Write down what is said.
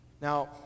Now